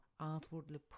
outwardly